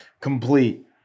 complete